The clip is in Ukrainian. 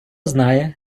знає